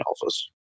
office